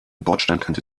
bordsteinkante